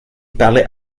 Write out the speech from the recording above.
parlait